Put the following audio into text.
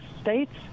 states